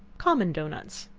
common dough-nuts.